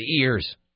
ears